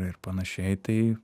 ir panašiai tai